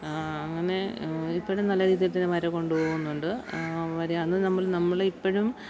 അങ്ങനെ ഇപ്പോഴും നല്ല രീതിയിൽ തന്നെ വര കൊണ്ടുപോകുന്നുണ്ട് അവരെ അന്ന് നമ്മൾ നമ്മൾ ഇപ്പോഴും